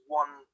one